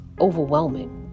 overwhelming